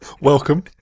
Welcome